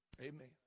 Amen